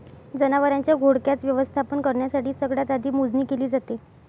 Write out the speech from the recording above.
जनावरांच्या घोळक्याच व्यवस्थापन करण्यासाठी सगळ्यात आधी मोजणी केली जाते